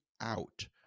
out